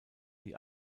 die